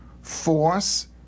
force